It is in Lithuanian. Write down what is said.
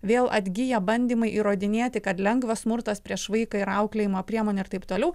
vėl atgiję bandymai įrodinėti kad lengvas smurtas prieš vaiką yra auklėjimo priemonė ir taip toliau